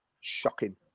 shocking